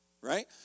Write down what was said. Right